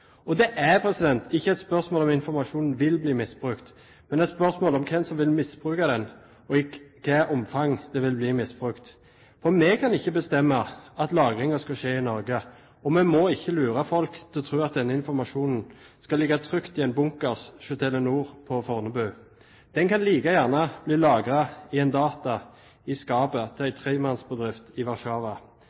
Det er ikke et spørsmål om informasjon vil bli misbrukt, men det er et spørsmål om hvem som vil misbruke den, og i hvilket omfang den vil bli misbrukt. Vi kan ikke bestemme at lagringen skal skje i Norge. Vi må ikke lure folk til å tro at denne informasjonen skal ligge trygt i en bunkers hos Telenor på Fornebu. Den kan like gjerne bli lagret på en data i skapet til en tremannsbedrift i